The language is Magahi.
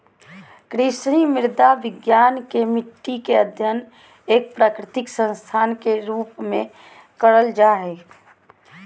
कृषि मृदा विज्ञान मे मट्टी के अध्ययन एक प्राकृतिक संसाधन के रुप में करल जा हई